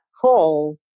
call